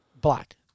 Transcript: black